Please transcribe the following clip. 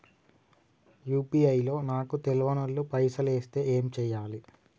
UPI లో నాకు తెల్వనోళ్లు పైసల్ ఎస్తే ఏం చేయాలి?